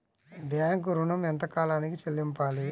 Bank ఋణం ఎంత కాలానికి చెల్లింపాలి?